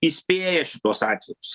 įspėja šituos atvejus